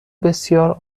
بسیار